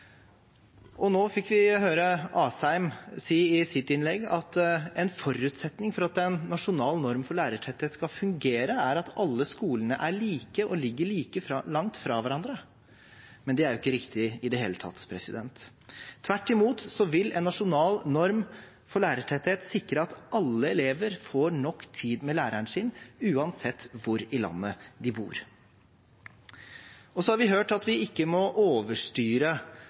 Nå fikk vi høre Asheim si i sitt innlegg at en forutsetning for at en nasjonal norm for lærertetthet skal fungere, er at alle skolene er like og ligger like langt fra hverandre, men det er jo ikke riktig i det hele tatt. Tvert imot vil en nasjonal norm for lærertetthet sikre at alle elever får nok tid med læreren sin uansett hvor i landet de bor. Så har vi hørt at vi ikke må overstyre